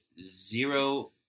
zero